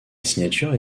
signature